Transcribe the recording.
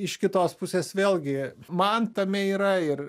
iš kitos pusės vėlgi man tame yra ir